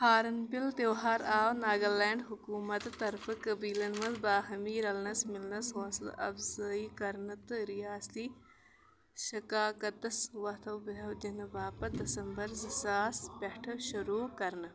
horn bill تیوٚہار آو ناگالینٛڈ حكوٗمتہٕ طرفہٕ قبیٖلن منٛز باہمی رلنس میلنس حوصلہٕ افزٲیی كَرنہٕ تہٕ رِیاستی ثقافتس وۅتھبو دِنہٕ باپتھ دسمبر زٕ ساس پٮ۪ٹھٕ شروٗع كَرنہٕ